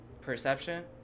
perception